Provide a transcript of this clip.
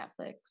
netflix